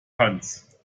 tanz